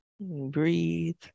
Breathe